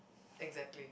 exactly